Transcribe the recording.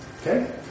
Okay